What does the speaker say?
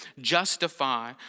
justify